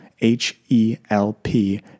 H-E-L-P